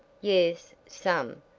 yes, some.